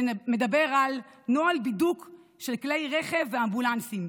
שמדבר על נוהל בידוק של כלי רכב ואמבולנסים.